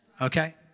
Okay